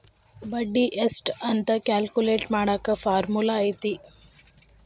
ಬಡ್ಡಿ ಎಷ್ಟ್ ಅಂತ ಕ್ಯಾಲ್ಕುಲೆಟ್ ಮಾಡಾಕ ಫಾರ್ಮುಲಾ ಐತಿ